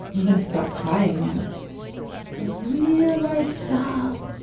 i'm going to start crying now. a real life doll.